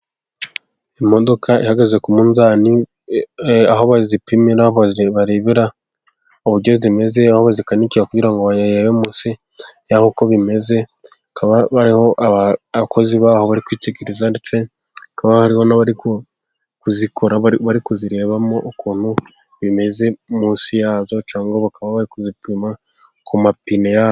Imodoka ihagaze ku munzani aho bazipimira, aho barebera uburyo zimeze, aho zikanikira kugira ngo barebe munsi yaho uko bimeze. Haba hariho abakozi baho bari kwitegereza ndetse hakaba hari n'abari mukazi bari kuzirebamo ukuntu bimeze munsi yazo cyangwa bakaba bari kuzipima ku mapine yazo.